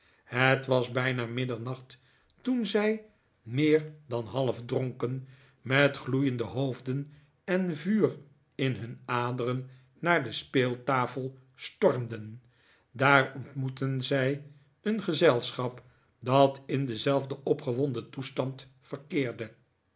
het was bijna middernacht toen zij meer dan halfdronken met gloeiende hoofden en vuur in hun aderen naar de speeltafel stormden daar ontmoetten zij een gezelschap dat in denzelfden opgewonden toestand verkeerde